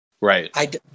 Right